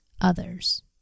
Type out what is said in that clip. others